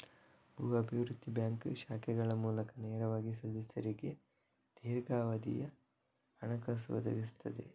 ಭೂ ಅಭಿವೃದ್ಧಿ ಬ್ಯಾಂಕ್ ಶಾಖೆಗಳ ಮೂಲಕ ನೇರವಾಗಿ ಸದಸ್ಯರಿಗೆ ದೀರ್ಘಾವಧಿಯ ಹಣಕಾಸು ಒದಗಿಸುತ್ತದೆ